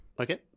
Okay